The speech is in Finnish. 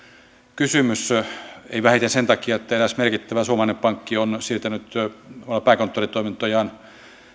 kysymys ei vähiten sen takia että eräs merkittävä suomalainen pankki on siirtänyt pääkonttoritoimintojaan